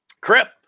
Crip